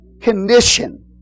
condition